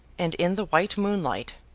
and in the white moonlight,